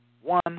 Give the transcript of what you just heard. one